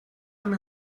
amb